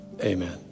Amen